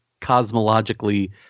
cosmologically